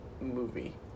movie